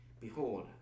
Behold